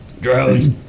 Drones